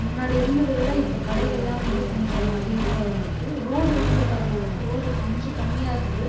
முன்னாடி இருந்ததை விட இப்போது கடைகளெலாம் வந்து கொஞ்சம் அதிகமாக வந்துருக்குது ரோடு வந்து பார்த்தீங்கன்னாக்க ரோடு கொஞ்சம் கம்மியாக இருந்தது